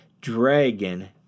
dragon